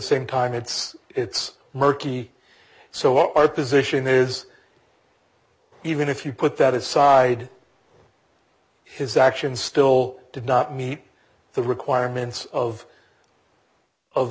same time it's it's murky so our position is even if you put that aside his actions still did not meet the requirements of of